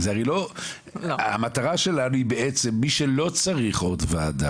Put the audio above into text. הרי המטרה שלנו בעצם מי שלא צריך עוד ועדה